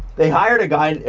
they hired a guy,